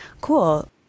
Cool